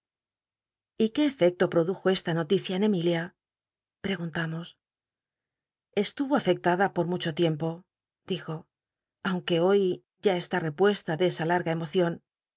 y qué efecto produjo esta noticia en emilia preguntamos estuyo afectada por mucho tiempo dijo aunque hoy ya est i rc ucsta de esa larga emocion